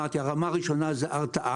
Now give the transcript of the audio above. וכמו שאמרתי, הרמה הראשונה זה הרתעה.